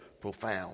profound